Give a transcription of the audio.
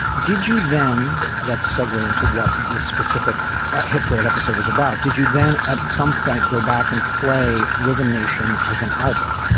did you. then let's segway into what the specific hypocrite episode was about. did you then at some point go back and play rhythm nation as an album.